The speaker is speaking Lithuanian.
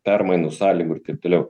permainų sąlygų ir taip toliau